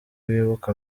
wibuka